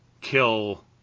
kill